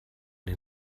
den